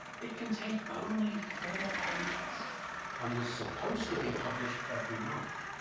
it contained only four pages and was supposed to be published every month,